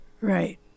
Right